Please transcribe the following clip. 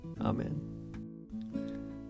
Amen